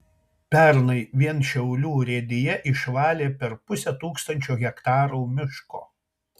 pernai vien šiaulių urėdija išvalė per pusę tūkstančio hektarų miško